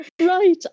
Right